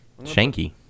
Shanky